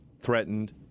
threatened